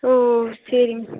ஓ சரிங்க